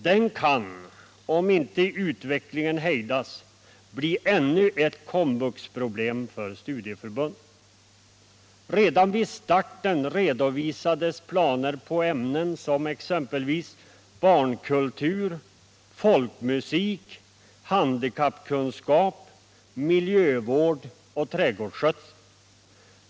Den kan, om inte utvecklingen hejdas, bli ännu ett ”komvuxproblem” för studieförbunden. Redan vid starten redovisades planer på ämnen som barnkultur, folkmusik, handikappkunskap, miljövård och trädgårdsskötsel.